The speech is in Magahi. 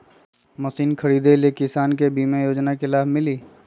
मशीन खरीदे ले किसान के बीमा योजना के लाभ मिली?